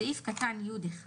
בסעיף (י)(1),